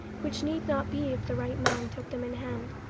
which need not be if the right man took them in hand.